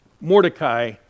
Mordecai